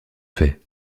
fait